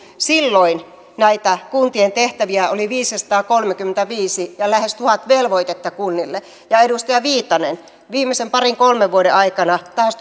silloin näitä kuntien tehtäviä oli viisisataakolmekymmentäviisi ja oli lähes tuhat velvoitetta kunnille ja edustaja viitanen kun viimeisen parin kolmen vuoden aikana taas